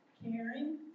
caring